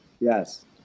Yes